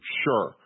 sure